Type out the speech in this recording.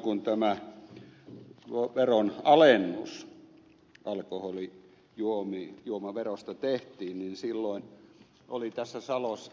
kun tämä on veron alennus alkoholi luomi veronalennus alkoholijuomaverosta tehtiin niin silloin oli tässä